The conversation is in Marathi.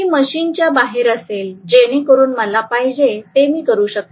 हे मशीनच्या बाहेर असेल जेणेकरून मला पाहिजे ते मी करू शकते